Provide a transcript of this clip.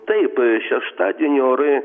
taip šeštadienį orai